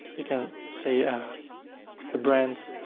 you can say ah the brand.